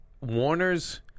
Warner's